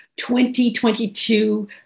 2022